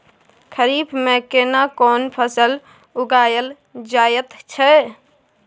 खरीफ में केना कोन फसल उगायल जायत छै?